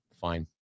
Fine